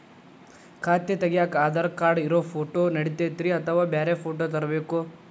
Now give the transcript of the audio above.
ಖಾತೆ ತಗ್ಯಾಕ್ ಆಧಾರ್ ಕಾರ್ಡ್ ಇರೋ ಫೋಟೋ ನಡಿತೈತ್ರಿ ಅಥವಾ ಬ್ಯಾರೆ ಫೋಟೋ ತರಬೇಕೋ?